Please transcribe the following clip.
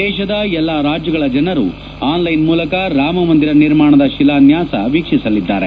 ದೇಶದ ಎಲ್ಲ ರಾಜ್ಯಗಳ ಜನರು ಆನ್ಲೈನ್ ಮೂಲಕ ರಾಮಮಂದಿರ ನಿರ್ಮಾಣದ ಶಿಲಾನ್ಲಾಸ ವೀಕ್ಷಿಸಲಿದ್ದಾರೆ